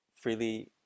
freely